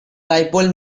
dipole